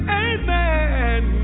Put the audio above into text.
amen